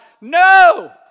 No